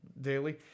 daily